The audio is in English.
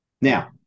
Now